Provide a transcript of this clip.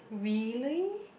really